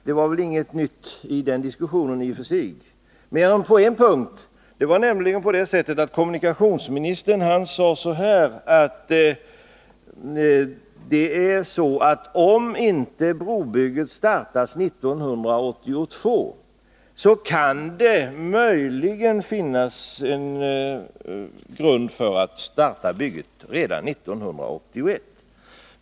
Det var väl inget nytt som kom fram i den diskussionen i och för sig — mer än på en punkt. Kommunikationsministern sade nämligen att om inte brobygget startas 1982, så kan det möjligen finnas grund för att starta bygget redan 1981.